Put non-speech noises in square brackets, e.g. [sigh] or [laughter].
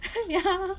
yeah [laughs]